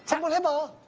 so unbelievable.